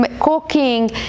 cooking